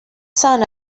son